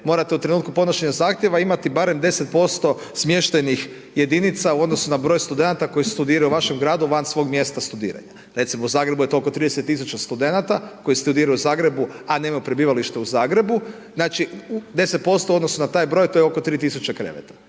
morate u trenutku podnošenja zahtjeva imati barem 10% smještajnih jedinica u odnosu na broj studenata koji studiraju u vašem gradu van svog mjesta studiranja. Recimo u Zagrebu je to oko 30 tisuća studenata koji studiraju u Zagrebu a nemaju prebivalište u Zagrebu. Znači 10% u odnosu na taj broj, to je oko 3 tisuće kreveta.